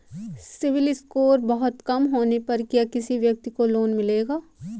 CIBIL score बहुत कम होने पर क्या किसी व्यक्ति को लोंन मिलेगा?